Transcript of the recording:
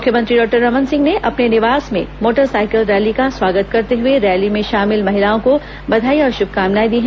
मुख्यमंत्री डॉक्टर रमन सिंह ने अपने निवास में मोटरसाइकिल रैली का स्वागत करते हुए रैली में शामिल महिलाओं को बधाई और शुभकामनाएं दीं